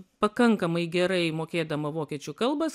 pakankamai gerai mokėdama vokiečių kalbas